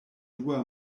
dua